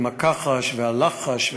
עם הכחש והלחש,